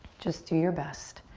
just do your best.